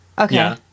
Okay